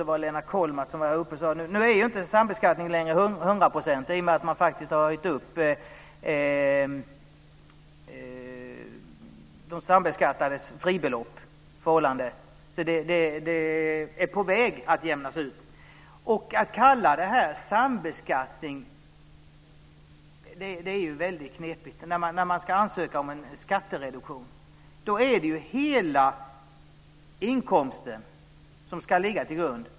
Det var väl Lennart Kollmats som var uppe i det avseendet - nu är ju sambeskattningen inte längre 100 % i och med att de sambeskattades fribelopp höjts, så där är det på väg att jämnas ut. Men att här tala om sambeskattning är väldigt knepigt. När man ska ansöka om skattereduktion är det ju hela inkomsten som ska ligga till grund.